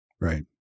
Right